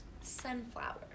Sunflower